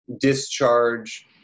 discharge